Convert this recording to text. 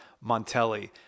Montelli